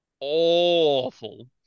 awful